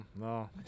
No